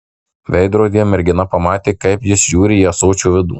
veidrodyje mergina pamatė kaip jis žiūri į ąsočio vidų